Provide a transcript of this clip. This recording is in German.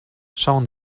schauen